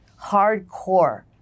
hardcore